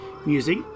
Music